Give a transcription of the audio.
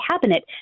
cabinet